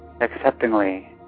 acceptingly